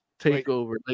takeover